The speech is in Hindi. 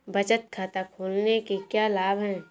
बचत खाता खोलने के क्या लाभ हैं?